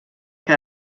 que